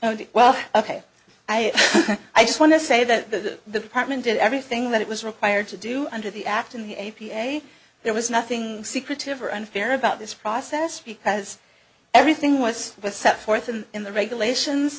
oh well ok i i just want to say that the apartment did everything that it was required to do under the act in the a p a there was nothing secretive or unfair about this process because everything was set forth and in the regulations